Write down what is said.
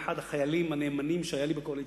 אחד החיילים הנאמנים שהיו לי בקואליציה.